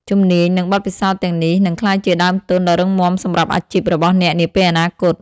ជំនាញ និងបទពិសោធន៍ទាំងនេះនឹងក្លាយជាដើមទុនដ៏រឹងមាំសម្រាប់អាជីពរបស់អ្នកនាពេលអនាគត។